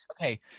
Okay